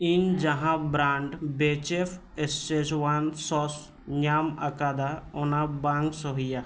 ᱤᱧ ᱡᱟᱦᱟᱸ ᱵᱨᱟᱱᱰ ᱵᱮᱪᱮᱯ ᱮᱥᱪᱮᱡ ᱚᱣᱟᱱᱥ ᱥᱚᱥ ᱧᱟᱢ ᱟᱠᱟᱫᱟ ᱚᱱᱟ ᱵᱟᱝ ᱥᱚᱦᱤᱭᱟ